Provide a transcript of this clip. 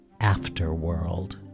Afterworld